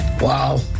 Wow